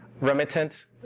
remittance